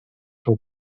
del